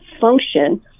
function